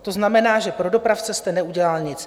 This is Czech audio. To znamená, že pro dopravce jste neudělal nic.